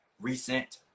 recent